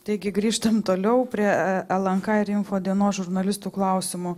taigi grįžtam toliau prie lnk ir info dienos žurnalistų klausimų